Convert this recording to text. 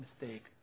mistake